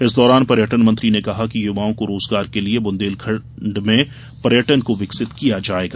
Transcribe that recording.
इस दौरान पर्यटन मंत्री ने कहा कि युवाओ को रोजगार देने के लिए बुन्देलखण्ड में पर्यटन को विकसित किया जाएगा